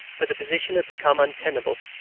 for the position had become untenable.